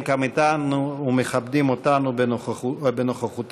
כאן איתנו ומכבדים אותנו בנוכחותם.